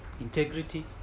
integrity